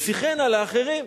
ישיחנה לאחרים,